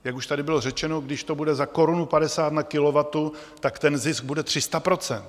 Jak už tady bylo řečeno, když to bude za 1,50 na kilowatt, tak ten zisk bude 300 %.